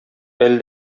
әле